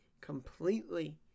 Completely